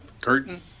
curtain